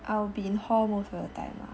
I will be in hall most of the time lah